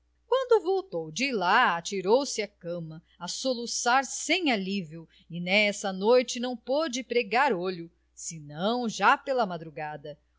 quando voltou de lá atirou-se à cama a soluçar sem alívio e nessa noite não pôde pregar olho senão já pela madrugada